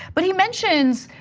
but he mentions,